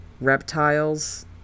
reptiles